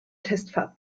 testfahrt